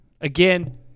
again